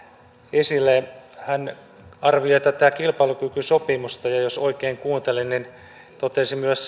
esille hän arvioi tätä kilpailukykysopimusta ja jos oikein kuuntelin totesi myös